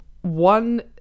one